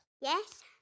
Yes